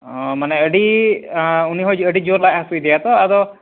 ᱚ ᱢᱟᱱᱮ ᱟᱹᱰᱤ ᱩᱱᱤ ᱦᱚᱸ ᱟᱹᱰᱤ ᱡᱳᱨ ᱞᱟᱡ ᱦᱟᱹᱥᱩᱭᱮᱫᱮᱭᱟ ᱛᱚ ᱟᱫᱚ